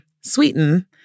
sweeten